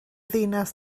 ddinas